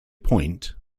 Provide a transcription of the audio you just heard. point